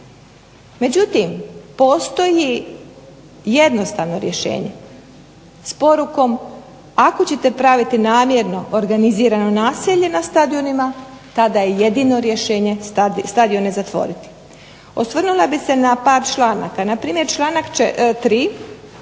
Međutim, postoji jednostavno rješenje s porukom ako ćete praviti namjerno organizirano nasilje na stadionima tada je jedino rješenje stadione zatvoriti. Osvrnula bih se na par članaka. Na primjer članak 3.